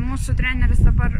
mūsų treneris dabar